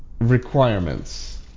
requirements